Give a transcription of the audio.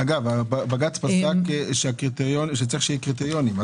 בג"ץ פסק שצריך שיהיו קריטריונים.